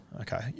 Okay